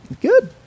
Good